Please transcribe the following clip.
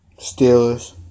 Steelers